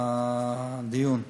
על הדיון.